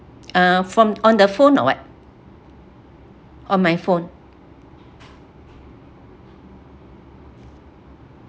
uh from on the phone or what on my phone